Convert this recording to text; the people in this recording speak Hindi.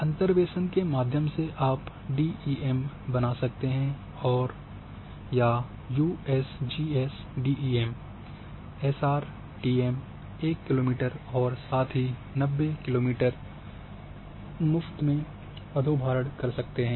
अंतर्वेसन के माध्यम से आप डीईएम बना सकते हैं या यूएसजीएस डीईएम एसआरटीएम 1 किलोमीटर और साथ ही 90 किलोमीटर को मुफ्त में अधोभारण कर सकते हैं